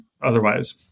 otherwise